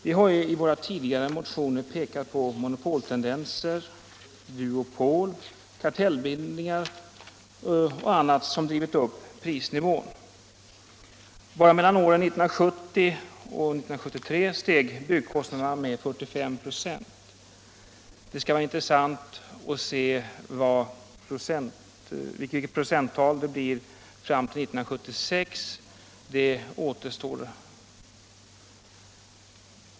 Vi har i våra tidigare motioner pekat på monopoltendenser — duopol, kartellbildningar och annat som drivit upp prisnivån. Bara mellan åren 1970 och 1973 steg byggkostnaderna med 45 96. Det skall bli intressant att se vilket procenttal som uppnås fram till 1976; det återstår ännu att se.